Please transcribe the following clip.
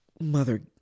Mother